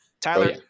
Tyler